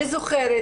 אני זוכרת,